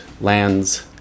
lands